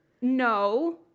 no